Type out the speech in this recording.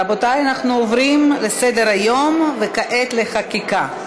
רבותי, אנחנו עוברים לסדר-היום, וכעת לחקיקה.